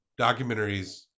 documentaries